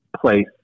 place